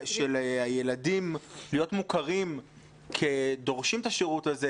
הילדים להיות מוכרים כדורשים את השירות הזה,